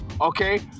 Okay